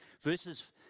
Verses